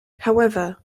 however